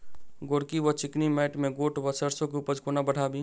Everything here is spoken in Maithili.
गोरकी वा चिकनी मैंट मे गोट वा सैरसो केँ उपज कोना बढ़ाबी?